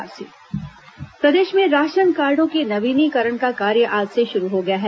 ration card नवीनीकरण प्रदेश में राशन कार्डो के नवीनीकरण का कार्य आज से शुरू हो गया है